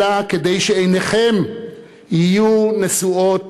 אלא כדי שעיניכם יהיו נשואות